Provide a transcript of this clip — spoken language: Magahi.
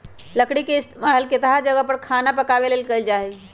लकरी के इस्तेमाल केतता जगह पर खाना पकावे मे कएल जाई छई